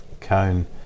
cone